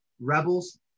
rebels